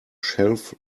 shelf